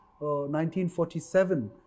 1947